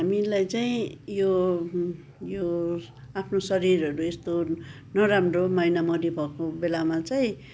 हामीलाई चाहिँ यो यो आफ्नो शरीरहरू यस्तो नराम्रो महिनावारी भएको बेलामा चाहिँ